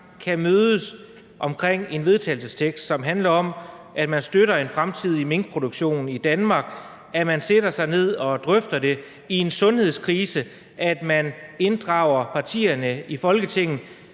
kan mødes omkring et forslag til vedtagelse, som handler om, at man støtter en fremtidig minkproduktion i Danmark og sætter sig ned og drøfter det i en sundhedskrise og inddrager partierne i Folketinget,